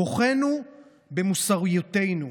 כוחנו במוסריותנו.